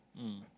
mm